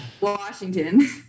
washington